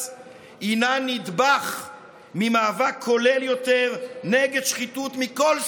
היא נדבך במאבק כולל יותר נגד שחיתות מכל סוג,